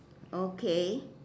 okay